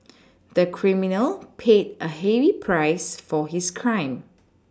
the criminal paid a heavy price for his crime